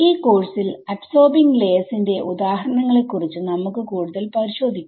ഈ കോഴ്സിൽ absorbing layers ന്റെ ഉദാഹരണങ്ങളെ കുറിച്ച് നമുക്ക് കൂടുതൽ പരിശോധിക്കാം